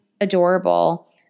adorable